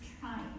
trying